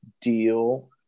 deal